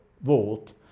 vote